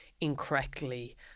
incorrectly